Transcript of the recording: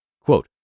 Quote